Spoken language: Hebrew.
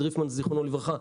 זכרו לברכה,